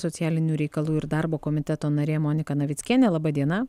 socialinių reikalų ir darbo komiteto narė monika navickienė laba diena